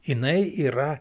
jinai yra